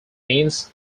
means